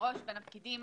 מראש בין הפקידים.